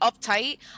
uptight